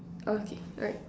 okay alright